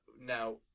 Now